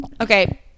Okay